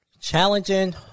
Challenging